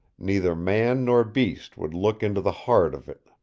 neither man nor beast would look into the heart of it,